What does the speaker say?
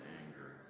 anger